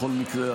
בכל מקרה,